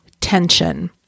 tension